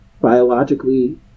biologically